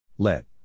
Let